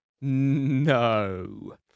no